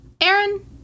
Aaron